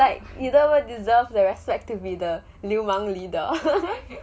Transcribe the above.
it's like he don't even deserve to be the respect of the 流氓 leader